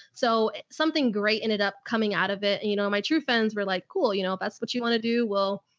so something great ended up coming out of it. it. and you know, my true friends were like, cool, you know, that's what you want to do. we'll,